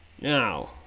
Now